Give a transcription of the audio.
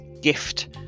gift